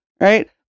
Right